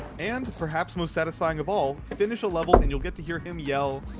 and, perhaps most satisfying of all, finish a level and you'll get to hear him yell